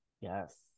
yes